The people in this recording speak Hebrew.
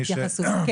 מי ש- כן,